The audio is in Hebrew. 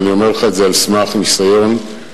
ואני אומר לך את זה על סמך ניסיון של